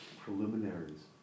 preliminaries